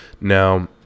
Now